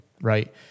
right